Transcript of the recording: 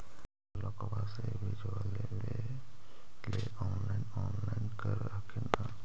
ब्लोक्बा से बिजबा लेबेले ऑनलाइन ऑनलाईन कर हखिन न?